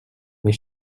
mes